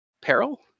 peril